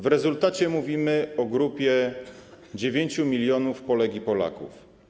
W rezultacie mówimy o grupie 9 mln Polek i Polaków.